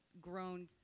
grown